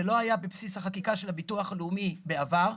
זה לא היה בבסיס החקיקה של הביטוח הלאומי בעבר.